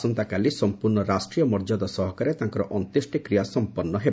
ଆସନ୍ତାକାଲି ସମ୍ପର୍ଶ୍ଣ ରାଷ୍ଟ୍ରୀୟ ମର୍ଯ୍ୟାଦା ସହକାରେ ତାଙ୍କର ଅନ୍ତେଷ୍ଟିକ୍ରିୟା ସମ୍ପନ୍ନ ହେବ